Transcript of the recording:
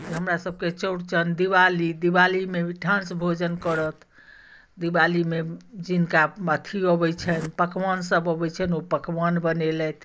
ई हमरासभके चौड़चन दिवाली दिवालीमे भी लोक ठाँस भोजन करत दिवालीमे जिनका अथी अबैत छनि पकवानसभ अबैत छनि ओ पकवान बनेलथि